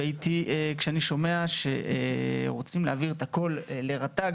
כשאני שומע שרוצים להעביר את הכל לרט"ג,